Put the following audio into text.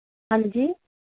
ਹਾਂਜੀ